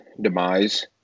demise